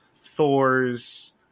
Thor's